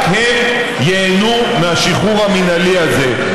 רק הם ייהנו מהשחרור המינהלי הזה,